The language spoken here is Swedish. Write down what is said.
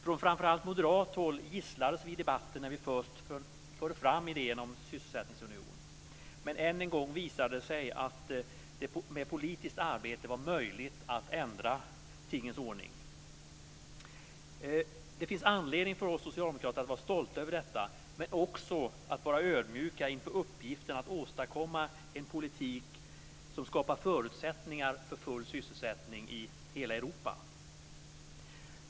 Från framför allt moderat håll gisslades vi i debatten när vi först förde fram idén om en sysselsättningsunion men ännu en gång visade det sig att det med politiskt arbete var möjligt att ändra tingens ordning. Det finns anledning för oss socialdemokrater att vara stolta över detta men också att vara ödmjuka inför uppgiften att åstadkomma en politik som skapar förutsättningar för full sysselsättning i hela Europa.